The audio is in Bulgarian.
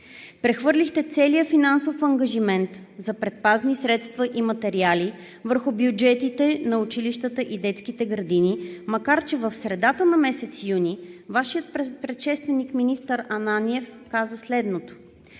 Прехвърлихте целия финансов ангажимент за предпазни средства и материали върху бюджетите на училищата и детските градини, макар че в средата на месец юни Вашият предшественик министър Ананиев каза следното,